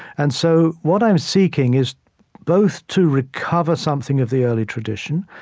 and so what i'm seeking is both to recover something of the early tradition,